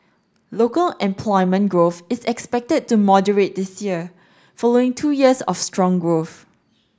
local employment growth is expected to moderate this year following two years of strong growth